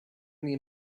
only